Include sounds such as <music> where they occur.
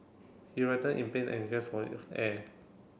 he <unintelligible> in pain and gasped for <unintelligible> air